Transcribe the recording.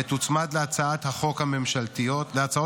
ותוצמד להצעת החוק הממשלתית,